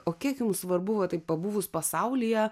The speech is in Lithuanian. o kiek jum svarbuva taip pabuvus pasaulyje